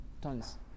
tons